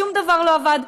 שום דבר לא עבד.